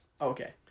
okay